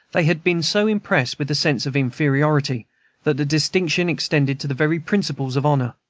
they had been so impressed with a sense of inferiority that the distinction extended to the very principles of honor.